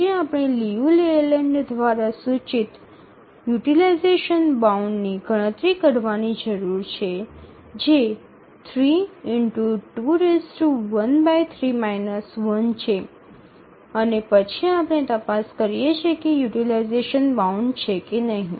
પછી આપણે Liu Layland દ્વારા સૂચિત યુટીલાઈઝેશન બાઉન્ડની ગણતરી કરવાની જરૂર છે જે 32−1 છે અને પછી આપણે તપાસ કરીએ છીએ કે તે યુટીલાઈઝેશન બાઉન્ડ છે કે નહીં